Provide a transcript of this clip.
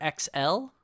XL